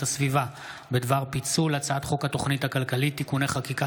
הסביבה בדבר פיצול הצעת חוק התוכנית הכלכלית (תיקוני חקיקה